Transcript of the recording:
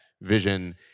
vision